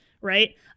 right